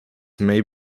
may